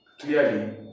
clearly